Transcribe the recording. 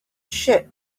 ship